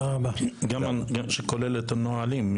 שכולל את הנהלים.